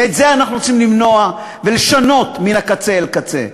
ואת זה אנחנו רוצים למנוע ולשנות מן הקצה אל הקצה.